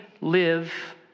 live